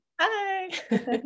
Hi